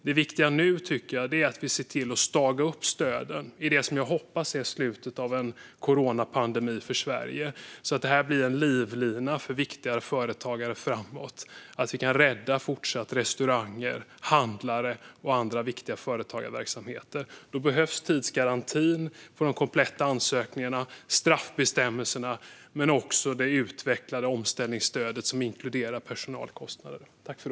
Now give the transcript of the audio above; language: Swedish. Det viktiga nu, tycker jag, är att vi ser till att staga upp stöden i det som jag hoppas är slutet av en coronapandemi för Sverige, så att det blir en livlina för viktiga företagare framåt och så att vi kan rädda restauranger, handlare och andra viktiga företagarverksamheter. Då behövs tidsgarantin när det gäller de kompletta ansökningarna, straffbestämmelserna och det utvecklade omställningsstödet, som inkluderar personalkostnader.